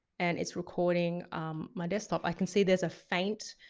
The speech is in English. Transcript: and it's recording my desktop. i can see there's a faint